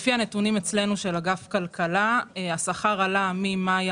לפי הנתונים של אגף הכלכלה אצלנו, השכר עלה ממאי